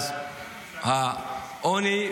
מתחת לקו העוני.